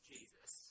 Jesus